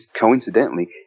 coincidentally